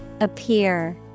appear